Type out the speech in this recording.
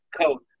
coat